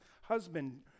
husband